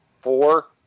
Four